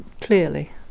clearly